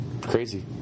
Crazy